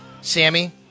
Sammy